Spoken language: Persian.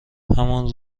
همان